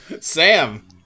Sam